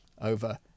over